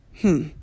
Hmm